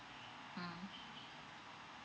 mm